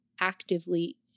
actively